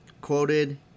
Quoted